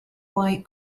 white